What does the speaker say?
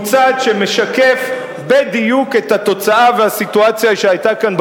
הוא צעד שמשקף בדיוק את התוצאה והסיטואציה שהיתה כאן,